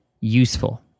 useful